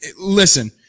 listen